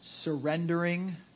surrendering